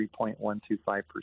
3.125%